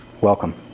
welcome